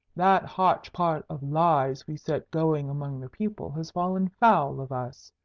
that hotch-pot of lies we set going among the people has fallen foul of us.